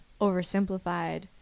oversimplified